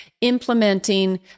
implementing